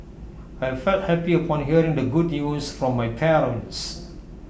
I felt happy upon hearing the good news from my parents